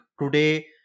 today